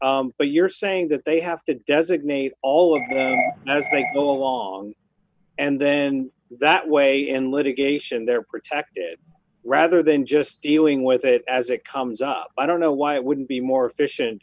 but you're saying that they have to designate all of those they go along and then that way in litigation they're protected rather than just dealing with it as it comes up i don't know why it wouldn't be more efficient